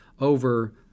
over